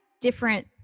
different